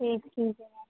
ठीक ठीक है मैम